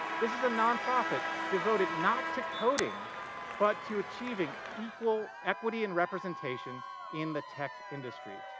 this is a nonprofit devoted not to coding but to achieving equal equity and representation in the tech industry.